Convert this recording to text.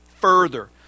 further